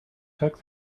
took